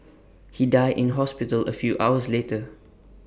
he died in hospital A few hours later